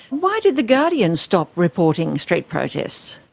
why did the guardian stop reporting street protests?